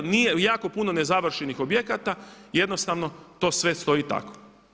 Nije, jako puno nezavršenih objekata, jednostavno to sve stoji tako.